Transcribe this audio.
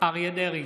אריה מכלוף דרעי,